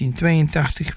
1982